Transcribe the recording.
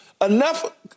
enough